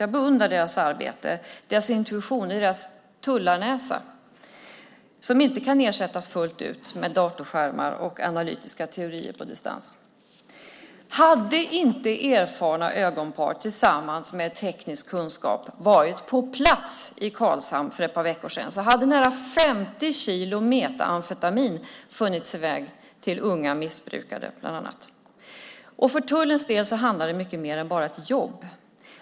Jag beundrar deras arbete och deras intuition - deras tullarnäsa - som inte kan ersättas fullt ut av datorskärmar och analytiska teorier på distans. Hade inte erfarna ögonpar tillsammans med teknisk kunskap varit på plats i Karlshamn för ett par veckor sedan hade bland annat nära 50 kilo metaamfetamin funnit sin väg till unga missbrukare. För tullens del handlar det om mycket mer än bara ett jobb.